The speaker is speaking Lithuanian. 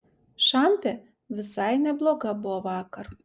šampė visai nebloga buvo vakar